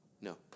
No